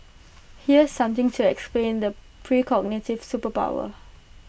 here's something to explain the precognitive superpower